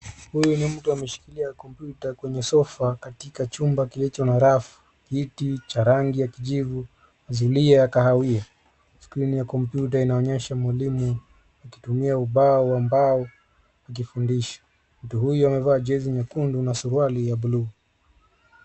Huyu ni mtu ameshikilia kompyuta kwenye sofa katika chumba kilicho na rafu, kiti cha rangi ya kijivu na zulia ya kahawia. Skrini ya kompyuta inaonyesha mwalimu akitumia ubao wa mbao akifundisha. Mtu huyu amevaa jezi nyekundu na suruali ya bluu.